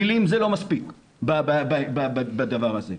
מילים זה לא מספיק בדבר הזה.